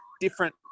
different